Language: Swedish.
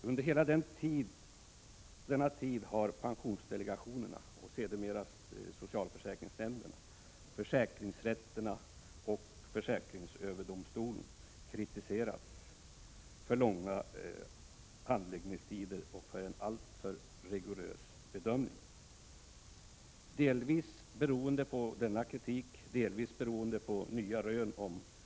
Under hela denna tid har pensionsdelegationerna — sedermera socialförsäkringsnämnderna, försäkringsrätterna och försäkringsöverdomstolen — kritiserats för långa handläggningstider och en alltför rigorös bedömning. Delvis beroende på denna kritik, delvis beroende på nya rön om risker i — Prot.